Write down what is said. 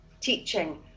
teaching